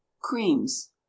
Creams